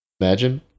imagine